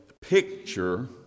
picture